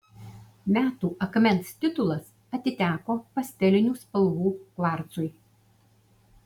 metų akmens titulas atiteko pastelinių spalvų kvarcui